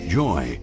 joy